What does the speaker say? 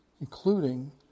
including